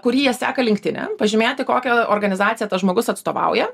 kurį jie seka lintine pažymėti kokią organizaciją tas žmogus atstovauja